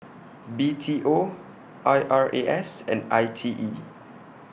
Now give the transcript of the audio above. B T O I R A S and I T E